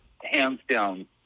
hands-down